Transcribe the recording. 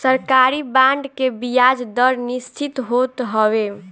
सरकारी बांड के बियाज दर निश्चित होत हवे